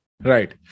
Right